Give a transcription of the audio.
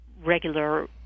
regular